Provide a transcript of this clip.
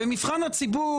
במבחן הציבור,